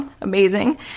Amazing